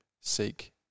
seek